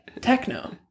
techno